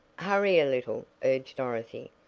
hurry a little, urged dorothy.